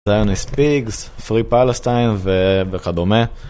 Zionist Peaks, Free Palestine וכדומה